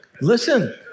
Listen